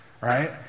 right